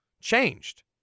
changed